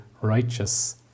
righteous